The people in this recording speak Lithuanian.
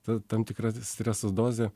tam tikra streso dozė